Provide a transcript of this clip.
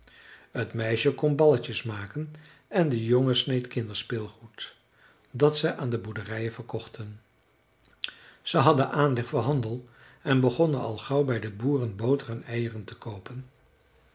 t meisje kon balletjes maken en de jongen sneed kinderspeelgoed dat ze aan de boerderijen verkochten ze hadden aanleg voor handel en begonnen al gauw bij de boeren boter en eieren te koopen